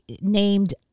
named